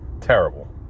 terrible